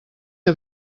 que